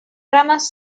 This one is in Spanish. ramas